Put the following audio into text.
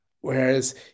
Whereas